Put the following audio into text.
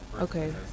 okay